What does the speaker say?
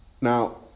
Now